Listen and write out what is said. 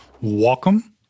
Welcome